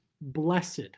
blessed